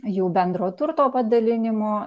jų bendro turto padalinimo